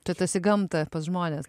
čia tas į gamtą pas žmones